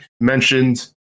mentioned